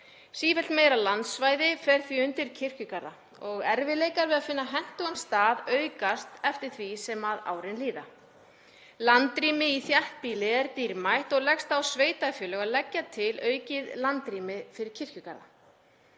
Sífellt meira landsvæði fer því undir kirkjugarða og erfiðleikar við að finna hentugan stað aukast eftir því sem árin líða. Landrými í þéttbýli er dýrmætt og það leggst á sveitarfélög að leggja til aukið landrými fyrir kirkjugarða.